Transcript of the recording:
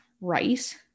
rice